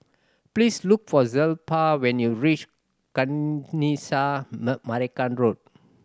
please look for Zelpha when you reach Kanisha Marican Road